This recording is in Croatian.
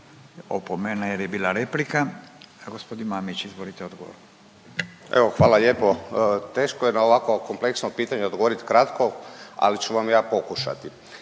Opomena jer je bila replika. G. Mamić, izvolite odgovor. **Mamić, Stipe** Evo, hvala lijepo. Teško je na ovako kompleksnom pitanju odgovoriti kratko, ali ću vam ja pokušati.